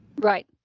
Right